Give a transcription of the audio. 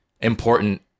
important